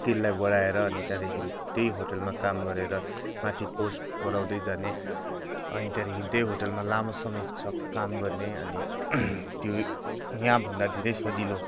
स्किललाई बडाएर अनि त्यहाँदेखि त्यहीँ होटेलमा काम गरेर माथि पोस्ट बडाउँदै जाने अनि त्यहाँदेखि त्यही होटेलमा लामो समयसम्म काम गर्ने अनि त्यो यहाँभन्दा धेरै सजिलो